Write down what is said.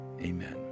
Amen